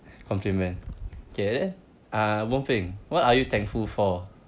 compliment okay then uh wong peng what are you thankful for